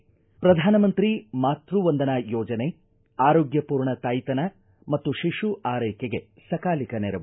ಪ್ರಧಾನಮಂತ್ರಿ ಮಾತೃ ವಂದನಾ ಯೋಜನೆ ಆರೋಗ್ಯರ್ಣ ತಾಯ್ತನ ಮತ್ತು ಶಿಶು ಆರೈಕೆಗೆ ಸಕಾಲಿಕ ನೆರವು